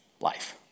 life